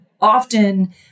often